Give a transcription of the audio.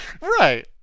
Right